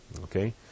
Okay